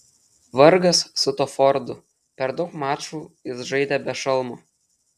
vargas su tuo fordu per daug mačų jis žaidė be šalmo